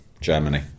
Germany